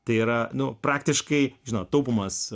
tai yra praktiškai nu žinot taupumas